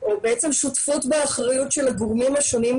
או בעצם שותפות באחריות של הגורמים השונים,